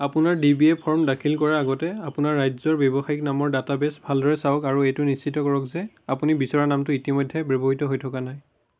আপোনাৰ D B A form দাখিল কৰাৰ আগতে আপোনাৰ ৰাজ্যৰ ব্যৱসায়িক নামৰ ডাটাবেছ ভালদৰে চাওক আৰু এইটো নিশ্চিত কৰক যে আপুনি বিচৰা নামটো ইতিমধ্যে ব্যৱহৃত হৈ থকা নাই